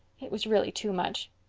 it was really too much.